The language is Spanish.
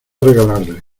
regalarle